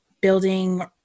building